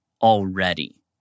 already